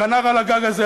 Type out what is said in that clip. "כנר על הגג" הזה,